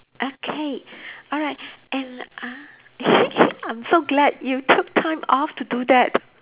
okay alright and uh I'm so glad you took time off to do that